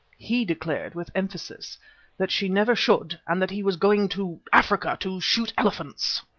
he declared with emphasis that she never should and that he was going to africa to shoot elephants.